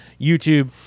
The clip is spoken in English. YouTube